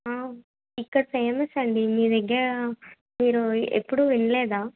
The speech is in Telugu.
ఇక్కడ ఫేమస్ అండి మీ దగ్గర మీరు ఎప్పుడూ వినలేదా